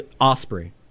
Osprey